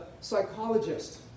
psychologist